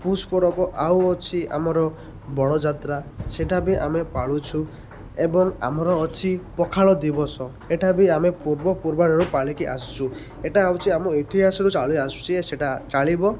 ପୁଷ୍ ପରବ ଆଉ ଅଛି ଆମର ବଡ଼ ଯାତ୍ରା ସେଇଟା ବି ଆମେ ପାଳୁଛୁ ଏବଂ ଆମର ଅଛି ପଖାଳ ଦିବସ ଏଇଟା ବି ଆମେ ପୂର୍ବ ପୂର୍ବାରୁ ପାଳିକି ଆସୁଛୁ ଏଇଟା ହେଉଛି ଆମ ଇତିହାସରୁ ଚାଳି ଆସୁଛି ଯେ ସେଇଟା ଚାଲିବ